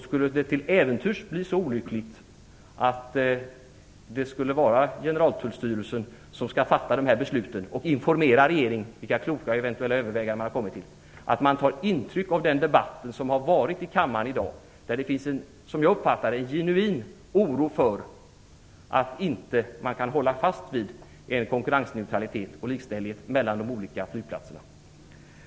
Skulle det till äventyrs bli så olyckligt att Generaltullstyrelsen skall fatta de här besluten och informera regeringen om vilka kloka överväganden man kommit fram till, hoppas jag att man tar intryck av den debatt som har förts i kammaren i dag. Där finns, som jag uppfattar det, en genuin oro för att man inte kan hålla fast vid en konkurrensneutralitet och likställighet mellan de olika flygplatserna.